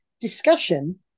discussion